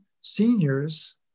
seniors